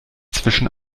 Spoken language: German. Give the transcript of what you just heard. zwischen